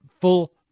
full